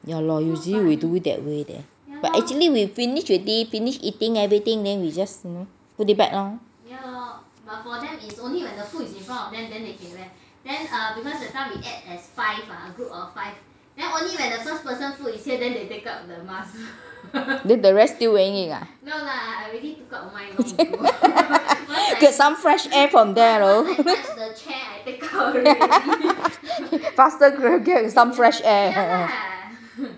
ya lor usually we do it that way leh but actually we finish already finished eating everything then we just you know put it back lor then the rest still wearing it ah get some fresh air from there you know faster go and get some fresh air